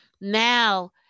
now